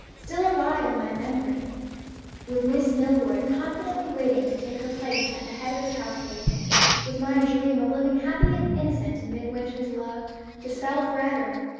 still alive in my memory with miss milroy confidently waiting to take her place at the head of his household with my dream of living happy and innocent in midwinter's love dispelled forever,